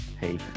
Hey